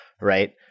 right